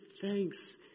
thanks